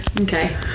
Okay